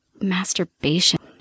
masturbation